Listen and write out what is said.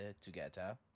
together